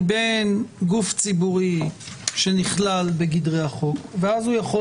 היא בין גוף ציבורי שנכלל בגדרי החוק ואז הוא יכול